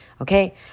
Okay